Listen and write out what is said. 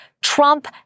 Trump